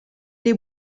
les